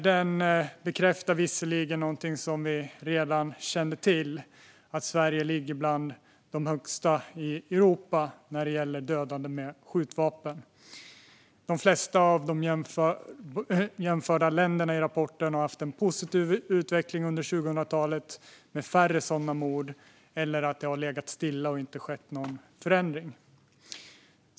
Den bekräftar visserligen någonting som vi redan kände till, att Sverige är bland de länder i Europa som ligger högst när det gäller antalet dödade med skjutvapen. De flesta av de jämförda länderna i rapporten har haft en positiv utveckling under 2000-talet med färre sådana mord eller att det inte har skett någon förändring.